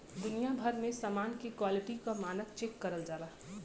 दुनिया भर में समान के क्वालिटी क मानक चेक करल जाला